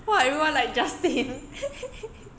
why everyone like justin